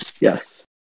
Yes